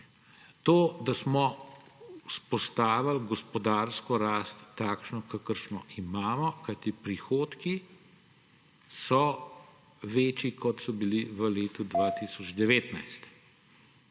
To, da smo vzpostavili gospodarsko rast takšno, kakršno imamo, kajti prihodki so večji, kot so bili v letu 2019.